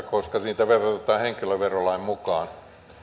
koska siitä verotetaan henkilöverolain mukaan